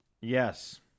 yes